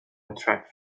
attract